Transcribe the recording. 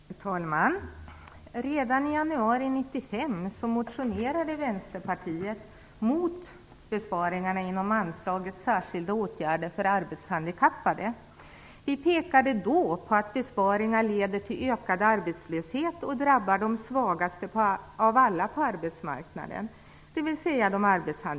Herr talman! Redan i januari 1995 motionerade Vänsterpartiet mot besparingarna inom anslaget Särskilda åtgärder för arbetshandikappade. Vi pekade då på att besparingar leder till ökad arbetslöshet och drabbar de svagaste av alla på arbetsmarknaden, dvs.